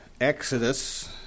Exodus